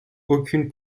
aucune